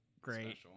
great